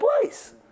place